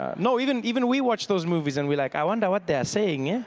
um no, even even we watch those movies and we're like i wonder what they are saying. yeah